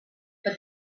but